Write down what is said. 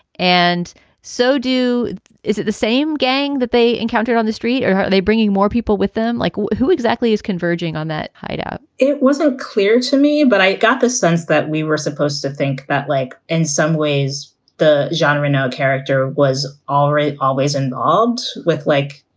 and so do is it the same gang that they encounter on the street or are they bringing more people with them? like who exactly is converging on that hideout? it wasn't clear to me, but i got the sense that we were supposed to think that, like, in some ways the genre, no character was all right. always involved with, like,